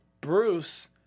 bruce